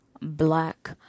Black